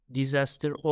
disaster